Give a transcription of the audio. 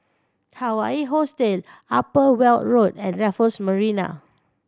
Hawaii Hostel Upper Weld Road and Raffles Marina